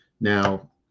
Now